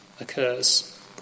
occurs